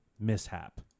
mishap